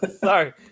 Sorry